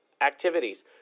activities